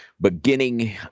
beginning